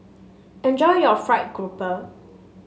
enjoy your fried grouper